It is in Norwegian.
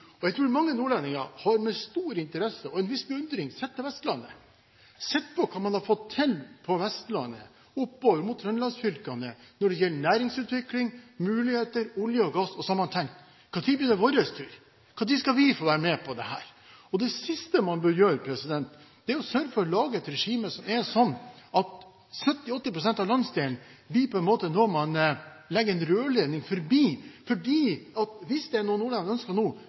Jeg tror mange nordlendinger med stor interesse og en viss beundring har sett til Vestlandet, sett på hva man har fått til på Vestlandet og oppover mot Trøndelagsfylkene når det gjelder næringsutvikling, muligheter og olje og gass. Så har man tenkt: Når blir det vår tur? Når skal vi få være med på dette? Det siste man bør gjøre, er å lage et regime som er sånn at 70 pst.–80 pst. av landsdelen blir noe man legger en rørledning forbi. Hvis det er noe nordlendinger ønsker nå,